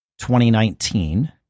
2019